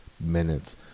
minutes